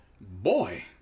Boy